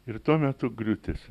ir tuo metu griūtis